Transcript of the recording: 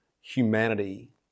humanity